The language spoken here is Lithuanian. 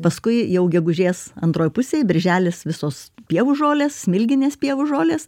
paskui jau gegužės antroj pusėj birželis visos pievų žolės smilginės pievų žolės